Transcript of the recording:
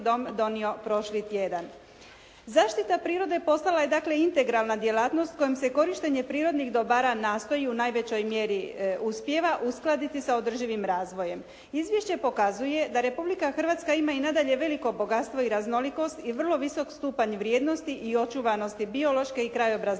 Zaštita prirode postala je dakle, integralna djelatnost kojom se korištenje prirodnih dobara nastoji u najvećoj mjeri uspijeva uskladiti sa održivim razvojem. Izvješće pokazuje da Republika Hrvatska ima i nadalje veliko bogatstvo i raznolikost i vrlo visok stupanj vrijednosti i očuvanosti biološke i krajobrazne